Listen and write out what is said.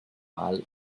mal